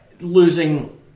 losing